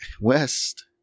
West